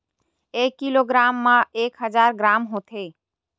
एक किलोग्राम मा एक हजार ग्राम होथे